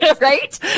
right